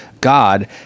God